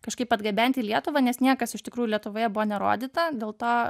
kažkaip atgabenti į lietuvą nes niekas iš tikrųjų lietuvoje buvo nerodyta dėl to